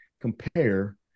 compare